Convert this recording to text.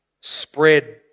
spread